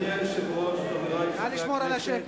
אדוני היושב-ראש, חברי חברי הכנסת,